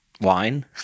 wine